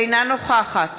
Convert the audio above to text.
אינה נוכחת